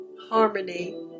harmony